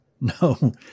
No